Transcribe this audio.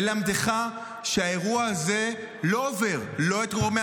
ללמדך שהאירוע הזה לא עובר לא את גורמי